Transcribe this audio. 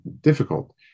difficult